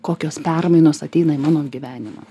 kokios permainos ateina į mano gyvenimą